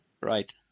Right